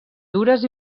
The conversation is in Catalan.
dures